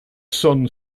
son